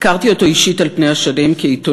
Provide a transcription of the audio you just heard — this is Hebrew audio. הכרתי אותו אישית על פני השנים כעיתונאית.